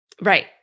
Right